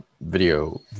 video